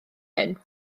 hyn